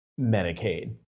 Medicaid